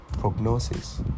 prognosis